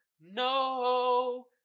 No